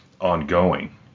ongoing